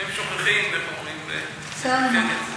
לפעמים שוכחים, בסדר גמור.